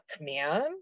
man